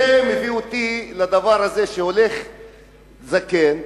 זה מביא אותי לסיפור שהולך זקן,